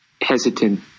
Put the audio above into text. Hesitant